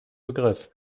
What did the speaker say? begriff